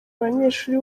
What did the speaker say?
banyeshuri